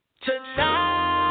Tonight